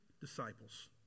disciples